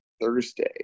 Thursday